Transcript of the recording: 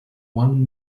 one